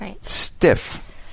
Stiff